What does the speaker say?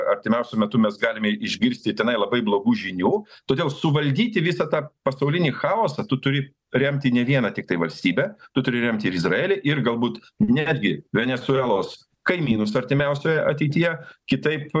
artimiausiu metu mes galime išgirsti tenai labai blogų žinių todėl suvaldyti visą tą pasaulinį chaosą tu turi remti ne vieną tiktai valstybę tu turi remti ir izraelį ir galbūt netgi venesuelos kaimynus artimiausioje ateityje kitaip